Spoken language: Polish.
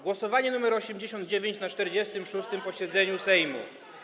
Głosowanie nr 89 na 46. posiedzeniu Sejmu.